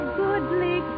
goodly